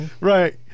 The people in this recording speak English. Right